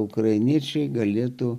ukrainiečiai galėtų